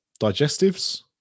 digestives